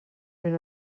ben